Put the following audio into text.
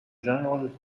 general